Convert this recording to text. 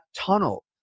tunnel